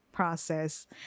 Process